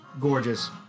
gorgeous